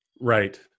Right